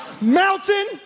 Mountain